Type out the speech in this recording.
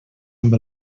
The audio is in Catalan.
amb